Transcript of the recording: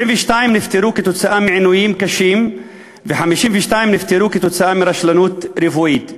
72 נפטרו כתוצאה מעינויים קשים ו-52 נפטרו כתוצאה מרשלנות רפואית.